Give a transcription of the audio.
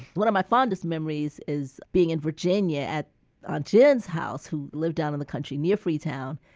one of my fondest memories is being in virginia at ah jen's house, who lived down in the country near freetown.